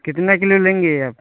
कितना किलो लेंगे आप